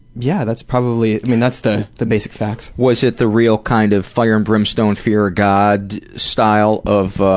yeah, that's probably i mean, that's the the basic facts. was it the real kind of fire and brimstone, fear god style of,